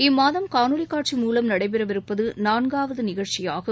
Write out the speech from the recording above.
இம்மாதம் காணொலி காட்சி மூலம் நடைபெறவிருப்பது நான்காவது நிகழ்ச்சியாகும்